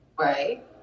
right